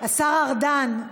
השר ארדן.